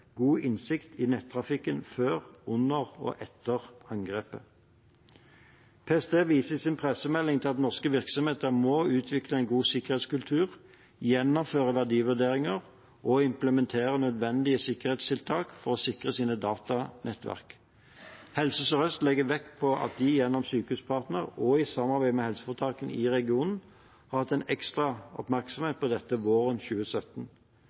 god innsikt i nettverkstrafikken før, under og etter angrepet. PST viser i sin pressemelding til at norske virksomheter må utvikle en god sikkerhetskultur, gjennomføre verdivurderinger og implementere nødvendige sikkerhetstiltak for å sikre sine datanettverk. Helse Sør-Øst legger vekt på at de gjennom Sykehuspartner, og i samarbeid med helseforetakene i regionen, har hatt en ekstra oppmerksomhet på dette fra våren 2017.